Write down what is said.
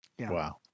Wow